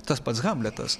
tas pats hamletas